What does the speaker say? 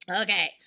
okay